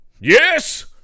Yes